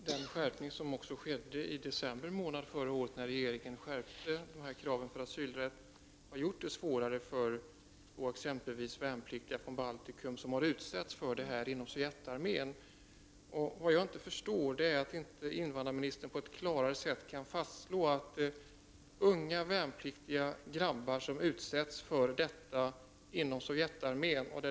Herr talman! I december månad förra året skärpte regeringen kraven för asylrätt, och det har gjort det svårare för exempelvis värnpliktiga från Baltikum som har utsatts för det här inom Sovjetarmén. Jag förstår inte att invandrarministern inte på ett klarare sätt kan fastslå att det är skäl att få asyl i vårt land när unga värnpliktiga grabbar har utsatts för detta inom Sovjetarmén.